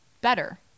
better